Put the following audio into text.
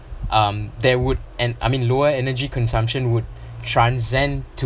um they would and I mean lower energy consumption would transcend to